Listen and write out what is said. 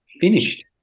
finished